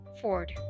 Ford